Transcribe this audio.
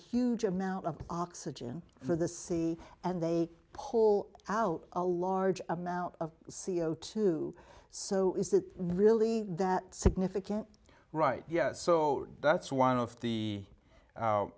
huge amount of oxygen for the sea and they pull out a large amount of c o two so is that really that significant right yes so that's one of the